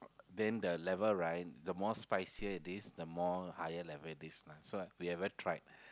then the level right the more spicier it is the more higher level it is lah so we ever tried